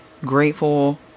grateful